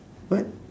what